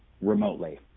Remotely